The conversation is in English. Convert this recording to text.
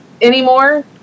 anymore